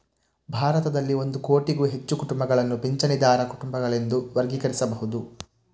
ಭಾರತದಲ್ಲಿ ಒಂದು ಕೋಟಿಗೂ ಹೆಚ್ಚು ಕುಟುಂಬಗಳನ್ನು ಪಿಂಚಣಿದಾರ ಕುಟುಂಬಗಳೆಂದು ವರ್ಗೀಕರಿಸಬಹುದು